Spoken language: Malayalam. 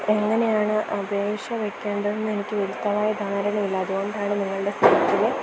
എങ്ങനെയാണ് അപേക്ഷ വെയ്ക്കേണ്ടതെന്ന് എനിക്ക് വ്യക്തമായ ധാരണയില്ല അതുകൊണ്ടാണ് നിങ്ങളുടെ